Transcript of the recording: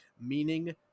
meaning